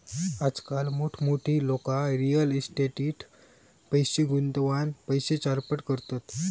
आजकाल मोठमोठी लोका रियल इस्टेटीट पैशे गुंतवान पैशे चारपट करतत